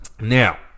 now